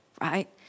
right